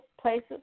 places